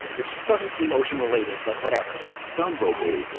which doesn't seem ocean related but whatever bumble bee,